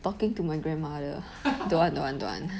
talking to my grandmother don't want don't want don't want